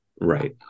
Right